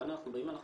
לכן אנחנו אומרים,